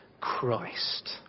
Christ